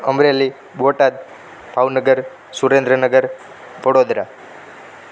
Amreli Botad Bhavnagar Surendranagar Vadodara